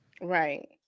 Right